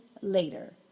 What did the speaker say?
later